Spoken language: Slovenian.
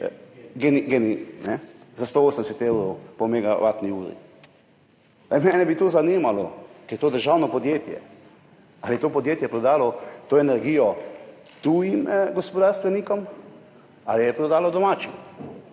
po 180 evrov za megavatno uro. Mene zanima, ker je to državno podjetje, ali je to podjetje prodalo energijo tujim gospodarstvenikom ali jo je prodalo domačim?